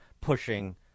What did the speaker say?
pushing